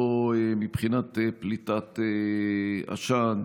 לא מבחינת פליטת עשן,